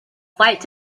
fight